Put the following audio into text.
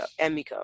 Emiko